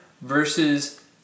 versus